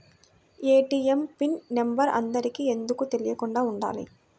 ATM pin number అందరికి ఎందుకు తెలియకుండా ఉండాలి?